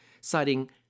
citing